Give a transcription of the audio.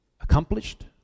Accomplished